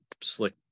slick